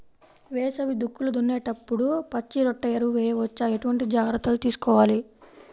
వేసవి దుక్కులు దున్నేప్పుడు పచ్చిరొట్ట ఎరువు వేయవచ్చా? ఎటువంటి జాగ్రత్తలు తీసుకోవాలి?